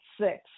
six